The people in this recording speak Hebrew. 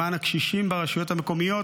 למען הקשישים, ברשויות המקומיות.